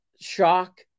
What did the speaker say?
shock